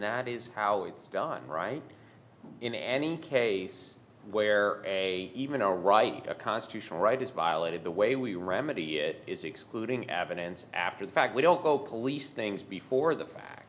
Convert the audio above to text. that is how it's done right in any case where a even a right a constitutional right is violated the way we remedy it is excluding evidence after the fact we don't know police things before the fact